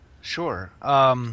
Sure